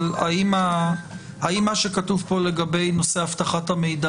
האם מה שכתוב פה לגבי נושא אבטחת המידע,